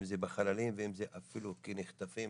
אם זה בחללים ואם זה אפילו כי נחטפים.